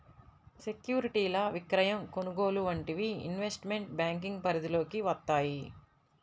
సెక్యూరిటీల విక్రయం, కొనుగోలు వంటివి ఇన్వెస్ట్మెంట్ బ్యేంకింగ్ పరిధిలోకి వత్తయ్యి